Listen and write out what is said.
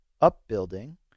upbuilding